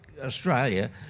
Australia